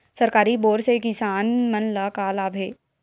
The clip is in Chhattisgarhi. सरकारी बोर से किसान मन ला का लाभ हे?